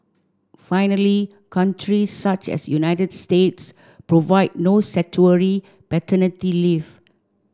finally countries such as United States provide no statutory paternity leave